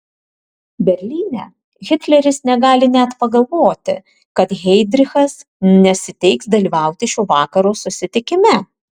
berlyne hitleris negali net pagalvoti kad heidrichas nesiteiks dalyvauti šio vakaro susitikime